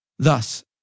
Thus